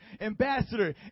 ambassador